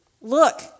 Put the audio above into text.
look